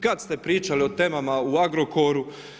Kad ste pričali o temama u Agrokoru?